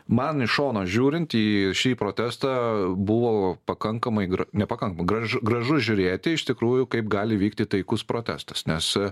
man iš šono žiūrint į šį protestą buvo pakankamai ne pakankamai gražu gražu žiūrėti iš tikrųjų kaip gali vykti taikus protestas nes